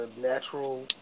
natural